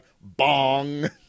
bong